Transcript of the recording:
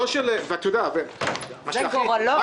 זה גורלות.